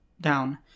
down